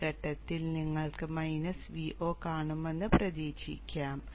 അതിനാൽ ഈ ഘട്ടത്തിൽ നിങ്ങൾക്ക് മൈനസ് Vo കാണുമെന്ന് പ്രതീക്ഷിക്കാം